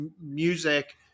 music